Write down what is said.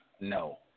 No